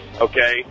okay